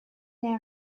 est